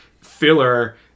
filler